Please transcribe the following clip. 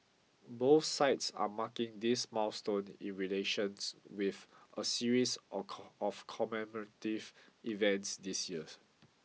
both sides are marking this milestone in relations with a series of commemorative events this year